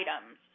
items